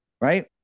Right